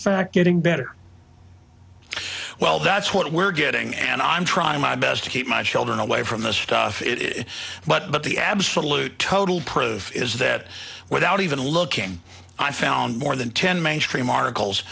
fact getting better well that's what we're getting and i'm trying my best to keep my children away from this stuff but the absolute total proof is that without even looking i found more than ten mainstream articles